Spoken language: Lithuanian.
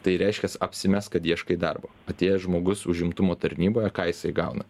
tai reiškias apsimesk kad ieškai darbo atėjęs žmogus užimtumo tarnyboje ką jisai gauna